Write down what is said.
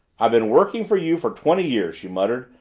i've been working for you for twenty years, she muttered.